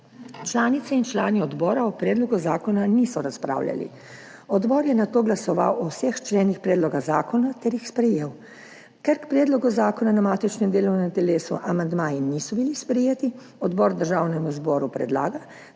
Članice in člani odbora o predlogu zakona niso razpravljali. Odbor je nato glasoval o vseh členih predloga zakona ter jih sprejel. Ker k predlogu zakona na matičnem delovnem telesu amandmaji niso bili sprejeti, odbor Državnemu zboru predlaga,